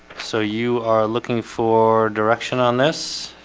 so you are looking for direction on this